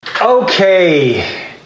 Okay